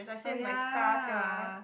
oh ya